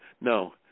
No